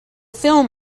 film